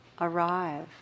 arrive